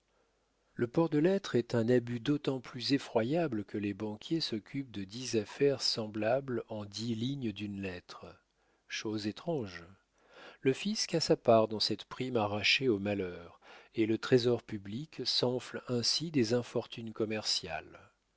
le port de lettre est un abus d'autant plus effroyable que les banquiers s'occupent de dix affaires semblables en dix lignes d'une lettre chose étrange le fisc a sa part dans cette prime arrachée au malheur et le trésor public s'enfle ainsi des infortunes commerciales